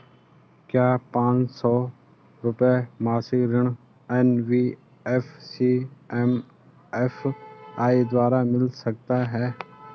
क्या पांच सौ रुपए मासिक ऋण एन.बी.एफ.सी एम.एफ.आई द्वारा मिल सकता है?